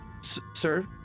sir